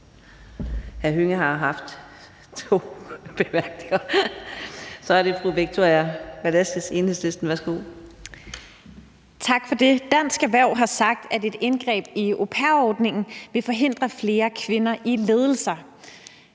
Hønge har haft to korte bemærkninger. Så er det fru Victoria Velasquez, Enhedslisten. Værsgo. Kl. 15:24 Victoria Velasquez (EL): Tak for det. Dansk Erhverv har sagt, at et indgreb i au pair-ordningen vil forhindre flere kvinder i ledelser.